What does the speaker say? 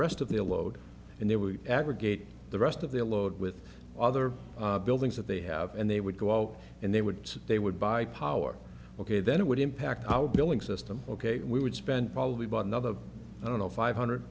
rest of the load and they would aggregate the rest of the load with other buildings that they have and they would go out and they would they would buy power ok then it would impact our billing system ok we would spend probably bought another i don't know five hundred